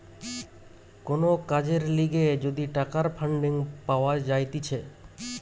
কোন কাজের লিগে যদি টাকার ফান্ডিং পাওয়া যাইতেছে